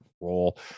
role